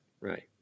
Right